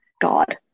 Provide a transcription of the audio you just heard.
God